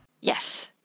Yes